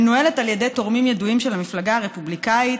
מנוהלת על ידי תורמים ידועים של המפלגה הרפובליקנית,